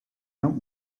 help